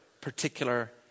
particular